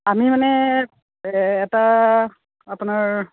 আমি মানে এটা আপোনাৰ